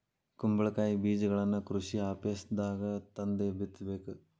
ಕುಂಬಳಕಾಯಿ ಬೇಜಗಳನ್ನಾ ಕೃಷಿ ಆಪೇಸ್ದಾಗ ತಂದ ಬಿತ್ತಬೇಕ